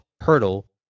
hurdle